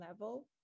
level